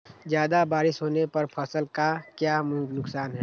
ज्यादा बारिस होने पर फसल का क्या नुकसान है?